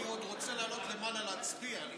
אני עוד רוצה לעלות למעלה להצביע.